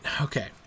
Okay